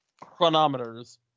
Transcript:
chronometers